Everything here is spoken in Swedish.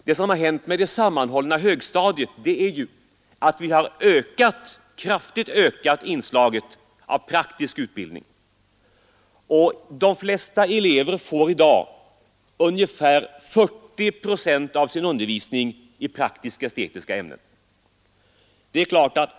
Det som hänt med det sammanhållna högstadiet är ju att vi kraftigt ökat inslaget av praktisk utbildning. De flesta elever får i dag ungefär 40 procent av sin undervisning i praktiskt-estetiska ämnen.